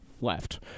left